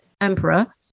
emperor